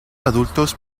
adultos